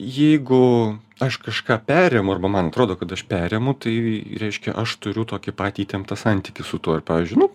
jeigu aš kažką perėmu arba man atrodo kad aš perėmu tai reiškia aš turiu tokį patį įtemptą santykį su tuo ir pavyzdžiui nu